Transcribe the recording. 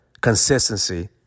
Consistency